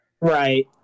Right